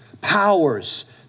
powers